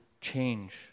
change